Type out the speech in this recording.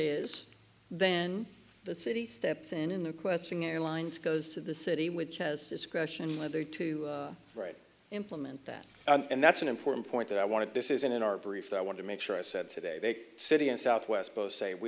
is then the city steps in a new question airlines goes to the city which has discretion whether to write implement that and that's an important point that i want to this is in our brief that i want to make sure i said today they city and southwest both say we